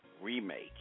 Remake